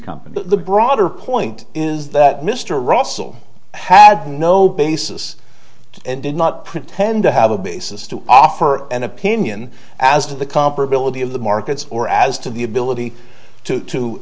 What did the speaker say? company but the broader point is that mr russell had no basis and did not pretend to have a basis to offer an opinion as to the comparability of the markets or as to the ability to to